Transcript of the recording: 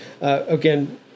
again